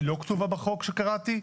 היא לא כתובה בחוק שקראתי.